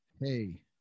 Hey